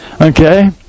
okay